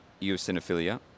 eosinophilia